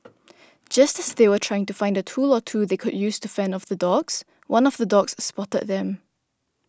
just as they were trying to find a tool or two that they could use to fend off the dogs one of the dogs spotted them